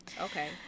okay